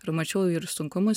ir mačiau ir sunkumus